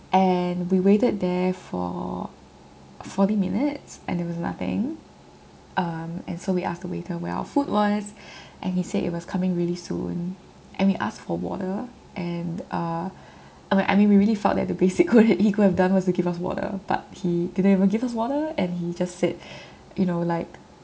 and we waited there for forty minutes and there was nothing um and so we asked the waiter where our food was and he said it was coming really soon and we asked for water and uh uh and we we really felt that the basic could he could have done was to give us water but he didn't even give us water and he just said you know like